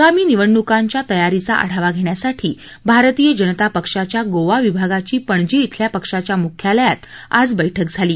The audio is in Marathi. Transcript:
आगामी निवडणूकांच्या तयारीचा आढावा घेण्यासाठी भारतीय जनता पक्षाच्या गोवा विभागाची पणजी श्विल्या पक्षाच्या मुख्यालयात आज बैठक झाली